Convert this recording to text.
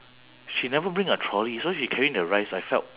she never bring a trolley so she carrying the rice I felt